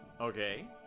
Okay